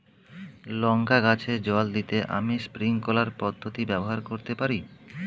লঙ্কা গাছে জল দিতে আমি স্প্রিংকলার পদ্ধতি ব্যবহার করতে পারি?